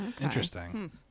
Interesting